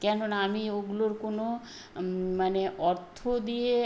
কেননা আমি ওগুলোর কোনো মানে অর্থ দিয়ে